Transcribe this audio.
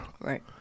Right